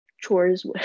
chores